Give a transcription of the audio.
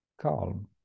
calm